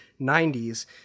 90s